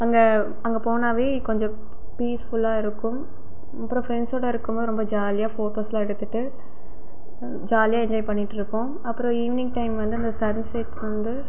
அங்கே அங்கே போனாவே கொஞ்சம் பீஸ்ஃபுல்லாக இருக்கும் அப்புறம் ஃப்ரெண்ட்ஸோடு இருக்கும் போது ரொம்ப ஜாலியாக ஃபோட்டோஸெலாம் எடுத்துகிட்டு ஜாலியாக என்ஜாய் பண்ணிகிட்ருப்போம் அப்புறம் ஈவ்னிங் டைம் வந்து அந்த சன்செட் வந்து